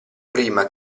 prima